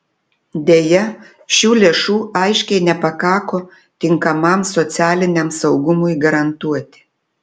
deja šių lėšų aiškiai nepakako tinkamam socialiniam saugumui garantuoti